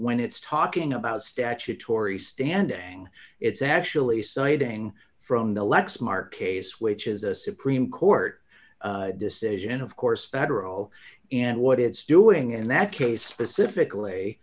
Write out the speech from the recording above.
when it's talking about statutory standing it's actually citing from the let's mark case which is a supreme court decision of course federal and what it's doing in that case specifically